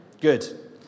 Good